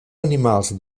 animals